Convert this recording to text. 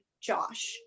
josh